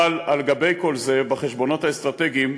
אבל על-גבי כל זה, בחשבונות האסטרטגיים,